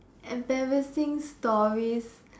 embarrassing stories